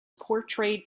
portrayed